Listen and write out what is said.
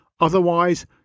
Otherwise